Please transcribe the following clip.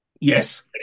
Yes